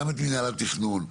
גם את מינהל התכנון,